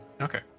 Okay